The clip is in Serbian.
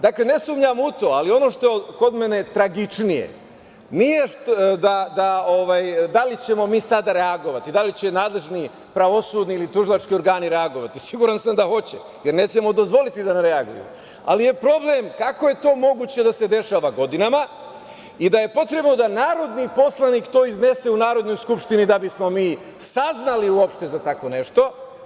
Dakle, ne sumnjam u to, ali ono što je kod mene tragičnije nije da li ćemo mi sada reagovati, da li će nadležni pravosudni ili tužilački organi reagovati, siguran sam da hoće, jer nećemo dozvoliti da ne reaguju, ali je problem kako je to moguće da se dešava godinama i da je potrebno da narodni poslanik to iznese u Narodnoj skupštini da bismo mi saznali uopšte za tako nešto.